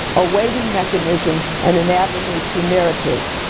a waiting mechanism and an avenue to narrative.